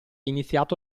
iniziato